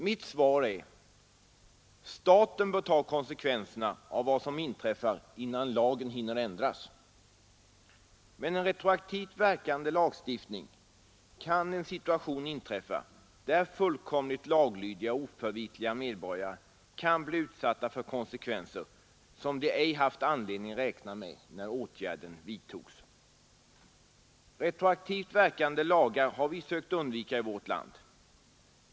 Mitt svar är: Staten bör ta konsekvenserna av vad som inträffar innan lagen hinner ändras. Med en retroaktivt verkande lagstiftning kan en situation inträffa där fullkomligt laglydiga och oförvitliga medborgare kan bli utsatta för konsekvenser som de inte haft anledning räkna med när åtgärden vidtogs. Retroaktivt verkande lagar har vi försökt undvika i vårt land.